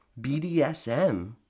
BDSM